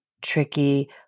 tricky